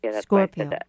Scorpio